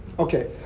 Okay